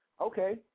Okay